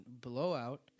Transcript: blowout